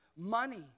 money